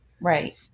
Right